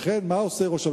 לכן, מה עושה ראש הממשלה?